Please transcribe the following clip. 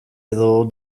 edo